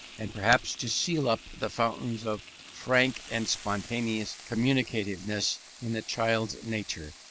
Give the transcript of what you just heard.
and perhaps to seal up the fountains of frank and spontaneous communicativeness in the child's nature,